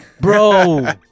bro